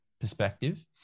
perspective